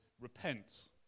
repent